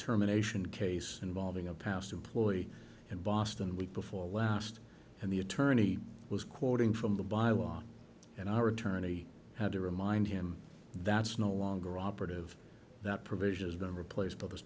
terminations case involving a past employee in boston week before last and the attorney was quoting from the bio on and i returned he had to remind him that's no longer operative that provision has been replaced by the